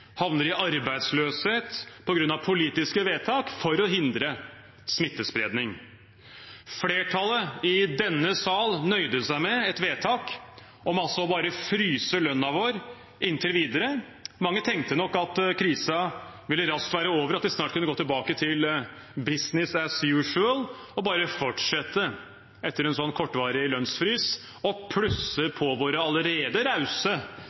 havner i arbeidsløshet på grunn av politiske vedtak for å hindre smittespredning. Flertallet i denne sal nøyde seg med et vedtak om bare å fryse lønnen vår inntil videre. Mange tenkte nok at krisen raskt ville være over, og at vi snart kunne gå tilbake til «business as usual» og bare fortsette etter en sånn kortvarig lønnsfrys, og plusse på våre allerede rause